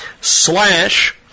slash